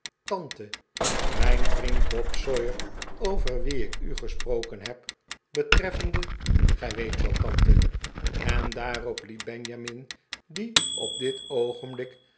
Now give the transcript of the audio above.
tante mijn vriend bob sawyer over wien ik u gesproken heb betreffende gij weet wel tante en daarop liet benjamin die op dit oogenblik